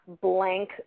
blank